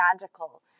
magical